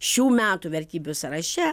šių metų vertybių sąraše